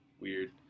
weird